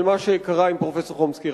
על מה שקרה עם פרופסור חומסקי.